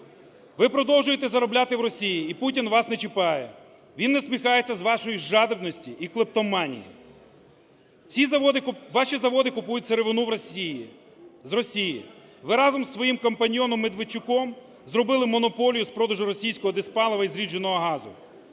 Ви продовжуєте заробляти в Росії і Путін вас не чіпає. Він насміхається з вашої жадібності і клептоманії. Ці заводи… ваші заводи купують сировину в Росії, з Росії. Ви разом з своїм компаньйоном Медведчуком зробили монополію з продажу російського дизпалива і зрідженого газу,